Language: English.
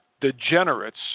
degenerates